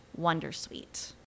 Wondersuite